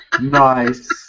nice